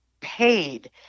paid